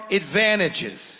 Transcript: advantages